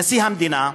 נשיא המדינה,